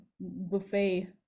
buffet